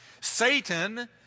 Satan